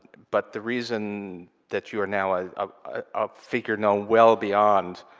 but the reason that you're now a ah figure known well beyond